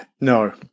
No